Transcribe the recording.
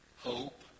hope